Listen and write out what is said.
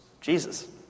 Jesus